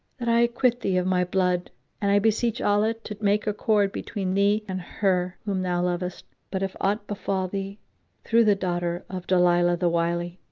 that i acquit thee of my blood and i beseech allah to make accord between thee and her whom thou lovest but if aught befal thee through the daughter of dalilah the wily,